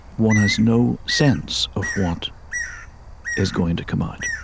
one has no sense of what is going to come out